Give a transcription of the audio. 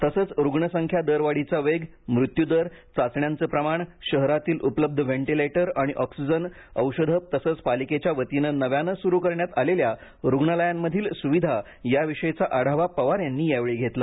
तसेच रुग्ण संख्या दरवाढीचा वेग मृत्युदर चाचण्यांचं प्रमाण शहरातील उपलब्ध वेंटिलेटर आणि ऑक्सिजन औषधं तसंच पालिकेच्या वतीनं नव्यानं सुरू करण्यात आलेल्या रुग्णालयांमधील सुविधा याविषयीचा आढावा अजित पवार यांनी या वेळी घेतला